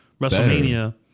WrestleMania